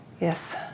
Yes